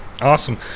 Awesome